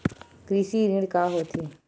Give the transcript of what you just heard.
कृषि ऋण का होथे?